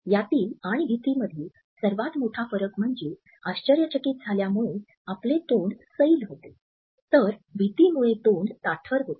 यातील आणि भीतीमधील सर्वात मोठा फरक म्हणजे आश्चर्यचकित झाल्यामुळे आपले तोंड सैल होते तर भीतीमुळे तोंड ताठर होते